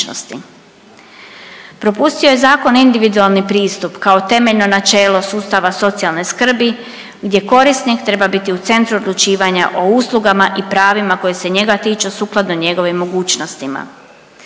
Propustio je zakon individualni pristup kao temeljno načelo sustava socijalne skrbi gdje korisnik treba biti u centru odlučivanja o uslugama i pravima koji se njega tiču, sukladno njegovim mogućnostima.